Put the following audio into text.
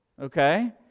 okay